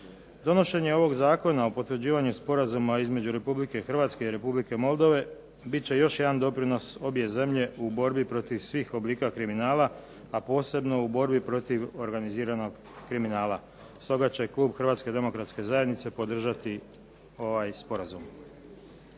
Donošenje ovog Zakona o potvrđivanju Sporazuma između Republike Hrvatske i Republike Moldove biti će još jedan doprinos obje zemlje u borbi protiv svih oblika kriminala, a posebno u borbi protiv organiziranog kriminala. Stoga će Klub HDZ-a podržati ovaj Sporazum.